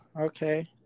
Okay